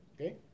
Okay